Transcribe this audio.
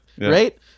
right